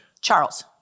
Charles